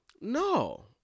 no